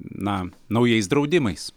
na naujais draudimais